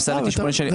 הפסדתי שמונה שנים.